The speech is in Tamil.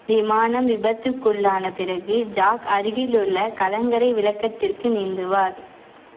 விமானம் விபத்துக்குள்ளான பிறகு ஜாக் அருகிலுள்ள கலங்கரை விளக்கத்திற்கு நீந்துவார்